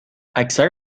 اکثر